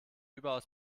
überaus